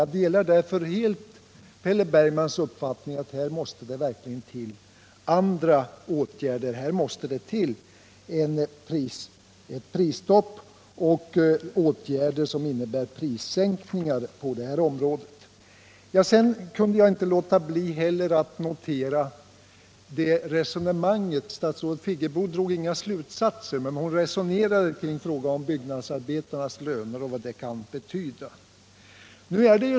Jag delar därför Per Bergmans uppfattning att här måste till andra åtgärder, nämligen prisstopp och prissänkningar. Jag kunde inte underlåta att notera ett annat av statsrådet Friggebos resonemang. Hon drog inga slutsatser men resonerade om byggnadsarbetarnas löner och vad de kan betyda.